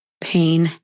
pain